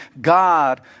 God